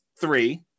three